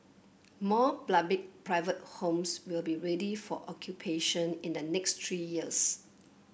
more private homes will be ready for occupation in the next three years